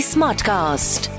Smartcast